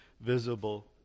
visible